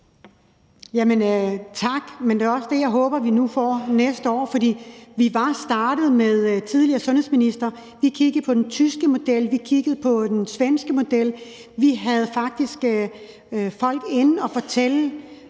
Tak. Det er også det, jeg håber vi nu får næste år, for vi var startet med den tidligere sundhedsminister. Vi kiggede på den tyske model, vi kiggede på den svenske model, og vi havde faktisk folk inde og fortælle